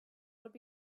would